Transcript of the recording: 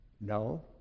No